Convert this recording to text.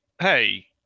hey